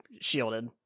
shielded